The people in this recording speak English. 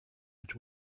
which